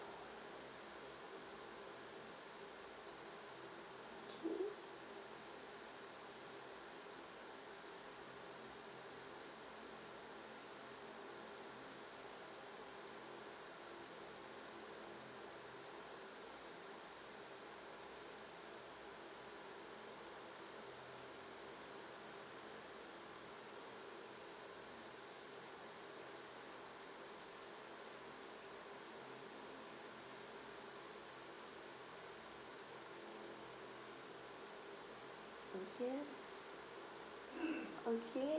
okay yes okay